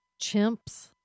chimps